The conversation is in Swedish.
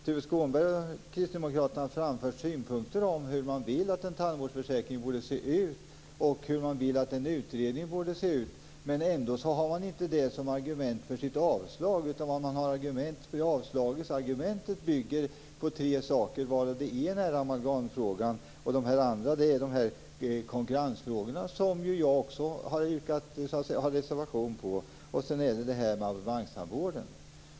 Tuve Skånberg och kristdemokraterna har framfört synpunkter om hur de vill att en tandvårdsförsäkring borde se ut och hur de vill att en utredning borde se ut. Men ändå har de inte det som argument för sitt avslag. Avslagsargumentet bygger på tre saker, varav en är amalgamfrågan. De andra är konkurrensfrågorna, som också jag har en reservation om, och sedan är det frågan om abonnemangstandvården.